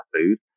food